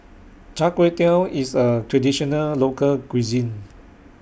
Char Kway Teow IS A Traditional Local Cuisine